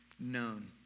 known